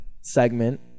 segment